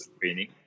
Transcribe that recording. training